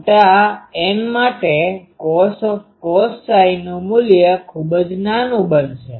મોટા N માટે cos નુ મુલ્ય ખુબ જ નાનું બનશે